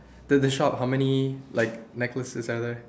there's a shop how many like necklaces are there